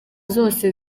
zose